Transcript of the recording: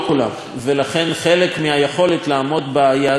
לכן, חלק מהיכולת לעמוד ביעדים תלויה בזה.